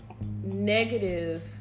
negative